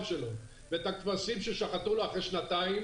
שלו ואת הכבשים ששחטו לו אחרי שנתיים.